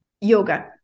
Yoga